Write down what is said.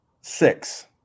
Six